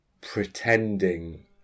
pretending